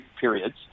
periods